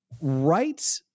Right